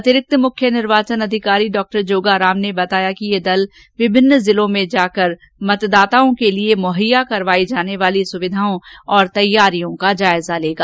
अतिरिक्त मुख्य निर्वाचन अधिकारी डॉ जोगाराम ने बताया कि यह दल विभिन्न जिलों में जाकर मतदाताओं के लिए मुहैया कराई जाने वाली सुविघाओं और तैयारियों का जायजा लेगा